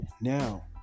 Now